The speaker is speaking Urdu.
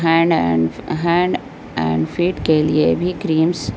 hand and hand and foot کے لیے بھی کریمس